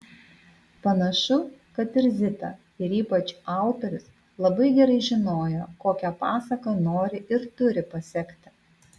panašu kad ir zita ir ypač autorius labai gerai žinojo kokią pasaką nori ir turi pasekti